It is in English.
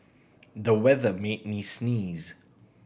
the weather made me sneeze